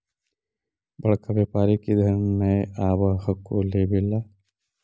बड़का व्यापारि इधर नय आब हको लेबे ला?